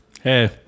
Hey